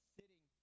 sitting